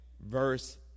verse